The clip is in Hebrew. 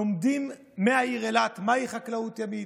לומדים מהעיר אילת מהי חקלאות ימית,